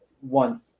one